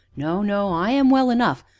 no, no i am well enough,